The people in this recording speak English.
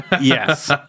Yes